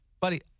Buddy